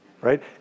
right